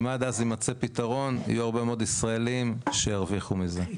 אם עד אז יימצא פתרון יהיו הרבה ישראלים שירוויחו מזה.